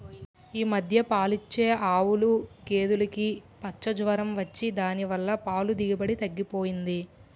ఈ మధ్య పాలిచ్చే ఆవులు, గేదులుకి పచ్చ జొరం వచ్చి దాని వల్ల పాల దిగుబడి తగ్గిపోయింది